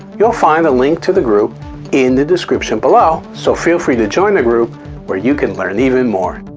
you'll find a link to the group in the description below so feel free to join the group where you can learn even more!